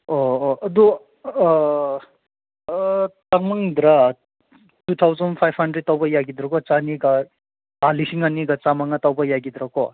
ꯑꯣ ꯑꯣ ꯑꯗꯨ ꯇꯥꯡꯃꯟꯗ꯭ꯔꯥ ꯇꯨ ꯊꯥꯎꯖꯟ ꯐꯥꯏꯞ ꯍꯟꯗ꯭ꯔꯦꯠ ꯇꯧꯕ ꯌꯥꯒꯗ꯭ꯔꯀꯣ ꯆꯅꯤꯒ ꯂꯤꯁꯤꯡ ꯑꯅꯤꯒ ꯆꯝꯃꯉꯥ ꯇꯧꯕ ꯌꯥꯒꯗ꯭ꯔꯀꯣ